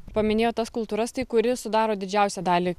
paminėjot tas kultūras tai kuri sudaro didžiausią dalį